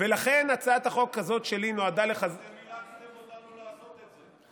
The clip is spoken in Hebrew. ולכן הצעת החוק הזאת שלי נועדה --- אתם אילצתם אותנו לעשות את זה.